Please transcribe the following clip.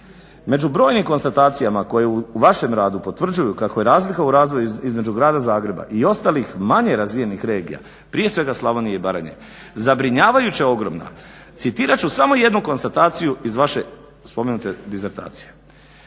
Među brojnim konstatacijama koje u vašem radu potvrđuju kako je razlika u razvoju između grada Zagreba i ostalih manje razvijenih regija prije svega Slavonije i Baranje zabrinjavajuće ogromna. Citirat ću samo jednu konstataciju iz vaše spomenute disertacije.